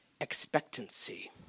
Expectancy